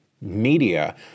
media